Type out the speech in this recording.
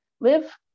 live